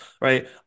right